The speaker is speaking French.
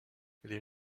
les